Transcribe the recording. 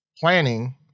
planning